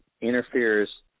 interferes